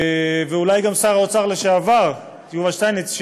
ואולי גם שר האוצר לשעבר יובל שטייניץ,